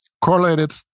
correlated